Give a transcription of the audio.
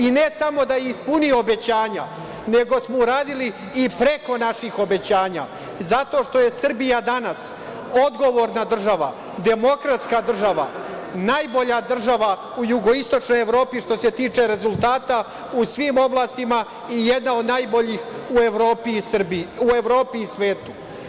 I, ne samo da je ispunio obećanja, nego smo uradili i preko naših obećanja, zato što je Srbija danas odgovorna država, demokratska država, najbolja država u Jugoistočnoj Evropi što se tiče rezultata u svim oblastima i jedna od najboljih u Evropi i svetu.